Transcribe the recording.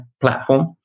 platform